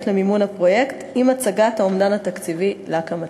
למימון הפרויקט עם הצגת האומדן התקציבי להקמתו.